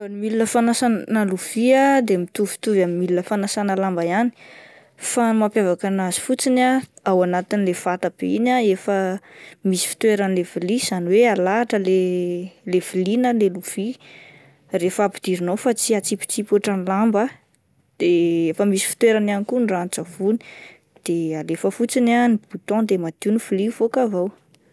Milina fanasana lovia ah de mitovitovy amn'ny milina fanasana lamba ihany fa ny mampiavaka an'azy fotsiny ah ao anatin'ilay vata be iny ah efa misy fitoheran'ilay vilia izany hoe alahatra ilay vilia na le lovia rehefa ampidirina ao fa tsy atsipitsipy ohatrin'ny lamba de efa misy fitoerany ihany koa ny ranon-tsavony de alefa fotsiny ah ny boutton de madio ny vilia mivoaka avy ao.